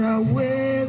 away